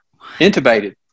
intubated